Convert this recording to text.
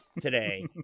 today